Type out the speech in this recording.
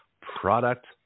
product